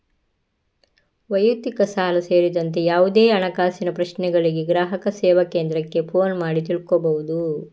ವೈಯಕ್ತಿಕ ಸಾಲ ಸೇರಿದಂತೆ ಯಾವುದೇ ಹಣಕಾಸಿನ ಪ್ರಶ್ನೆಗಳಿಗೆ ಗ್ರಾಹಕ ಸೇವಾ ಕೇಂದ್ರಕ್ಕೆ ಫೋನು ಮಾಡಿ ತಿಳ್ಕೋಬಹುದು